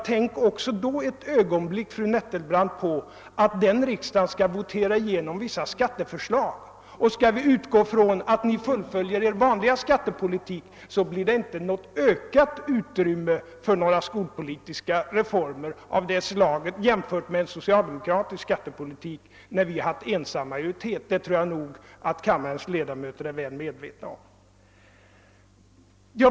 Tänk då också ett ögonblick på att den riksdagen skall votera igenom vissa skatteförslag! Skall vi utgå från att ni fullföljer er vanliga skattepolitik blir det inte något ökat utrymme för skolpolitiska reformer jämfört med en socialdemokratisk skattepolitik när vi ensamma haft majoritet — det tror jag att riksdagens ledamöter är väl medvetna om.